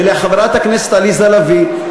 ולחברת הכנסת עליזה לביא,